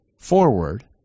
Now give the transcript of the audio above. Forward